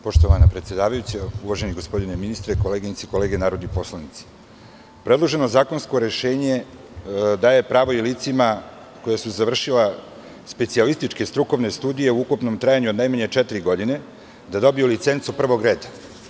Poštovana predsedavajuća, uvaženi gospodine ministre, koleginice i kolege narodni poslanici, predloženo zakonsko rešenje daje pravo i licima koja su završila specijalističke strukovne studije u ukupnom trajanju od najmanje četiri godine da dobiju licencu prvog reda.